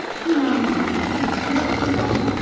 he mounted me again, and i did the same.